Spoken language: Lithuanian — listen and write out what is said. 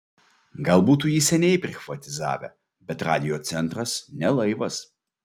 gal būtų jį seniai prichvatizavę bet radijo centras ne laivas